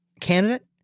candidate